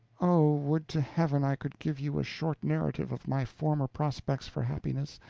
oh, would to heaven i could give you a short narrative of my former prospects for happiness,